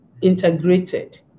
integrated